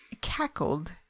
cackled